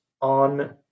on